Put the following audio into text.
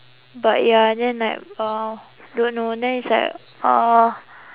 but ya then like uh don't know then it's like uh